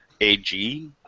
AG